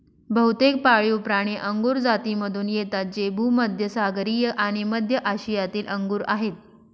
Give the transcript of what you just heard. बहुतेक पाळीवप्राणी अंगुर जातीमधून येतात जे भूमध्य सागरीय आणि मध्य आशियातील अंगूर आहेत